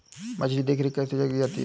मछली की देखरेख कैसे की जाती है?